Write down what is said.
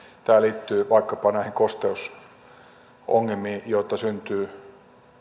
tämä liittyy vaikkapa näihin kosteusongelmiin joita syntyy